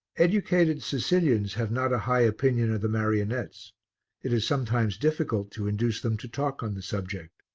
educated sicilians have not a high opinion of the marionettes it is sometimes difficult to induce them to talk on the subject.